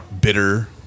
bitter